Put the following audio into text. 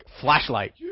flashlight